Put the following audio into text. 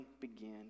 begin